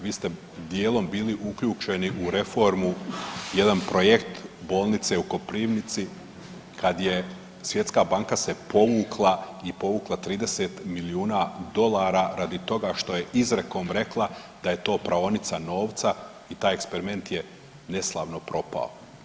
Vi ste dijelom bili uključeni u reformu, jedan projekt bolnice u Koprivnici kad je Svjetska banka se povukla i povukla 30 milijuna dolara radi toga što je izrekom rekla da je to praonica novca i taj eksperiment je neslavno propao.